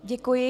Děkuji.